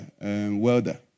welder